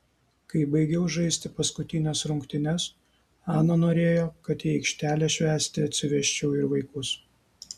kai baigiau žaisti paskutines rungtynes ana norėjo kad į aikštelę švęsti atsivesčiau ir vaikus